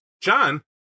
John